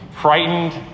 frightened